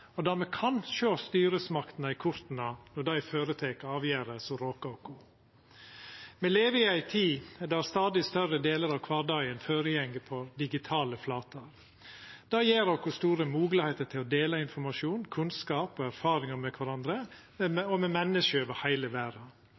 kan sjå styresmaktene i korta når dei tek avgjerder som råkar oss. Me lever i ei tid der stadig større delar av kvardagen føregår på digitale flater. Det gjev oss store moglegheiter til å dela informasjon, kunnskap og erfaringar med kvarandre og med menneske over heile verda.